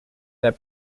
their